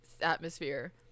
atmosphere